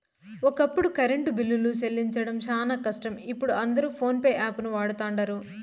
ఒకప్పుడు కరెంటు బిల్లులు సెల్లించడం శానా కష్టం, ఇపుడు అందరు పోన్పే యాపును వాడతండారు